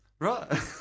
Right